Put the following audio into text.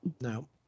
No